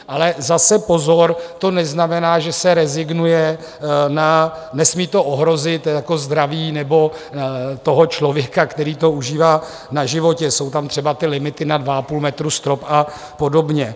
Ale zase pozor, to neznamená, že se rezignuje nesmí to ohrozit zdraví člověka, který to užívá, na životě, jsou tam třeba ty limity na 2,5 metru strop a podobně.